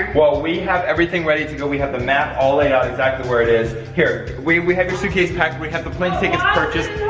well we have everything ready to go, we have the map all laid out exactly where it is, here, we we have your suitcase packed, we have the plane tickets purchased,